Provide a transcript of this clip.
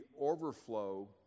overflow